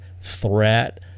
threat